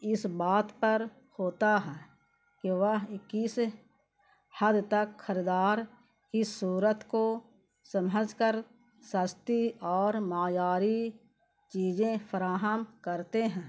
اس بات پر ہوتا ہے کہ وہ کس حد تک خریدار کی صورت کو سمجھ کر سستی اور معیاری چیزیں فراہم کرتے ہیں